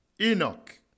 Enoch